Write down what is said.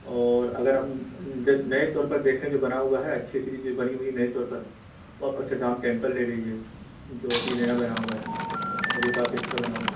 اور اگر ہم نئے طور پر دیکھیں جو بنا ہوا ہے اچھی اچھی چیزیں بنی ہوئی ہیں نئے طور پر تو آپ اکشر دھام ٹیمپل لے لیجیے جو ابھی نیا بنا ہوا ہے وہ بھی کافی اچھا بنا ہوا ہے